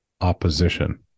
opposition